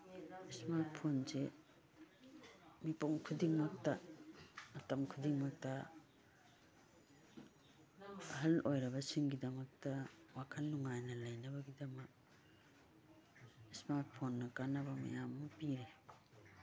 smart ꯐꯣꯟꯁꯦ ꯃꯤꯄꯨꯝ ꯈꯨꯗꯤꯡꯃꯛꯇ ꯃꯇꯝ ꯈꯨꯗꯤꯡꯃꯛꯇ ꯑꯍꯜ ꯑꯣꯏꯔꯕꯁꯤꯡꯒꯤꯗꯃꯛꯇ ꯋꯥꯈꯟ ꯅꯨꯡꯉꯥꯏꯅ ꯂꯩꯅꯕꯒꯤꯗꯃꯛ ꯏꯁꯃꯥꯔꯠ ꯐꯣꯟꯅ ꯀꯥꯟꯅꯕ ꯃꯌꯥꯝ ꯑꯃ ꯄꯤꯔꯦ